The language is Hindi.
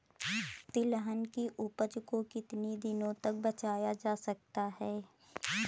तिलहन की उपज को कितनी दिनों तक बचाया जा सकता है?